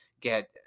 get